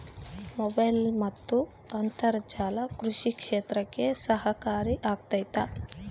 Mobile ಮತ್ತು ಅಂತರ್ಜಾಲ ಕೃಷಿ ಕ್ಷೇತ್ರಕ್ಕೆ ಸಹಕಾರಿ ಆಗ್ತೈತಾ?